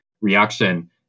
reaction